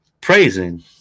praising